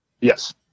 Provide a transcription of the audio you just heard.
Yes